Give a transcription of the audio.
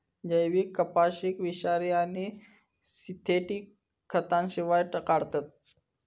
जैविक कपाशीक विषारी आणि सिंथेटिक खतांशिवाय काढतत